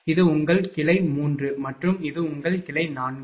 இது உங்கள் கிளை 3 மற்றும் இது உங்கள் கிளை 4